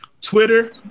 Twitter